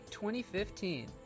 2015